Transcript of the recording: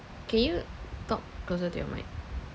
can you talk closer to your mic